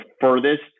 furthest